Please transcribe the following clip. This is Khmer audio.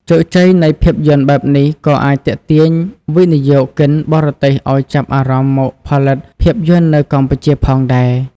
ជោគជ័យនៃភាពយន្តបែបនេះក៏អាចទាក់ទាញវិនិយោគិនបរទេសឲ្យចាប់អារម្មណ៍មកផលិតភាពយន្តនៅកម្ពុជាផងដែរ។